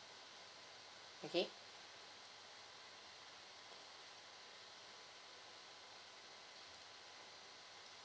okay